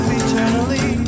eternally